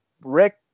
Rick